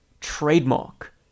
trademark